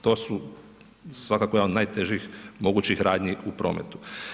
To su svakako jedan od najtežih mogućih radnji u prometu.